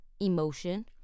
emotion